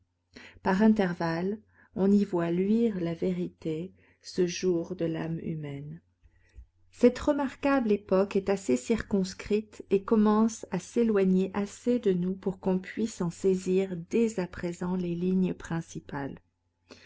par intervalles on y voit luire la vérité ce jour de l'âme humaine cette remarquable époque est assez circonscrite et commence à s'éloigner assez de nous pour qu'on puisse en saisir dès à présent les lignes principales